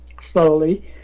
slowly